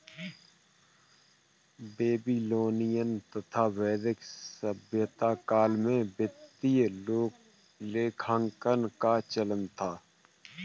Babylonian तथा वैदिक सभ्यता काल में वित्तीय लेखांकन का चलन था